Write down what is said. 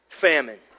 famine